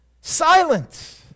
Silence